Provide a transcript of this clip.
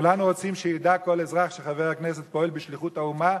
כולנו רוצים שידע כל אזרח שחבר הכנסת פועל בשליחות האומה,